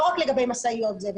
לא רק לגבי משאיות זבל,